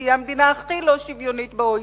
תהיה המדינה הכי לא שוויונית בארגון.